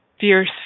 fierce